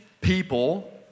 people